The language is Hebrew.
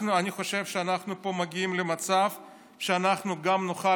אני חושב שאנחנו פה מגיעים למצב שגם נאכל